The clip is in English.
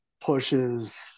pushes